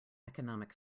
economic